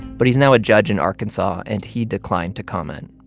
but he's now a judge in arkansas, and he declined to comment.